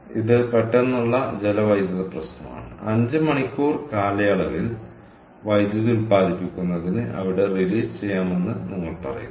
അതിനാൽ ഇത് പെട്ടെന്നുള്ള ജലവൈദ്യുത പ്രശ്നമാണ് 5 മണിക്കൂർ കാലയളവിൽ വൈദ്യുതി ഉൽപ്പാദിപ്പിക്കുന്നതിന് അവിടെ റിലീസ് ചെയ്യാമെന്ന് നിങ്ങൾ പറയുന്നു